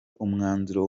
umwanzuro